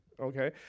okay